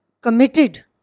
committed